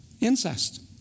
Incest